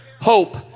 hope